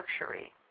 luxury